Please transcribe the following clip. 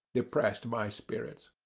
depressed my spirits.